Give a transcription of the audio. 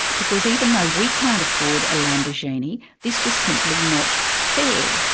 because even though we can't afford a lamborghini, this was simply not fair.